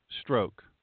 stroke